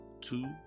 Two